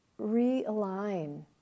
realign